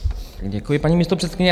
Děkuji, paní místopředsedkyně.